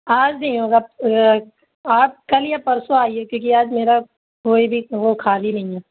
آج نہیں ہوگا آپ کل یا پرسوں آئیے کیونکہ آج میرا کوئی بھی وہ خالی نہیں ہے